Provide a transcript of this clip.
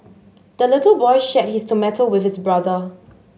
the little boy shared his tomato with his brother